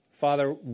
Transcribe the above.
Father